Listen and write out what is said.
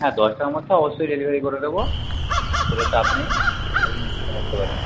হ্যাঁ দশটার মধ্যে অবশ্যই ডেলিভারি করে দেব সেটা চাপ নেই আপনি নিশ্চিন্ত থাকে পারেন